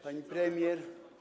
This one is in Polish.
Pani Premier!